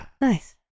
Nice